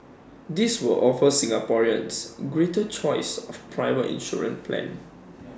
this will offer Singaporeans greater choice of private insurance plans